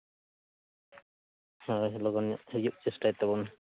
ᱦᱮᱸ ᱞᱚᱜᱚᱱ ᱧᱚᱜ ᱦᱤᱡᱩᱜ ᱪᱮᱥᱴᱟᱭ ᱛᱟᱵᱚᱱ ᱢᱮ